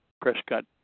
Prescott